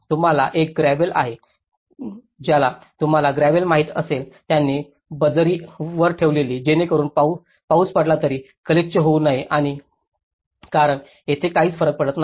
तुम्हाला एक ग्रेव्हल आहे ज्याला तुम्हाला ग्रेव्हल माहित असेल त्यांनी बजरी वर ठेवली जेणेकरून पाऊस पडला तरी गलिच्छ होऊ नये आणि कारण तेथे काही फरक नाही